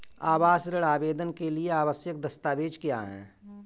आवास ऋण आवेदन के लिए आवश्यक दस्तावेज़ क्या हैं?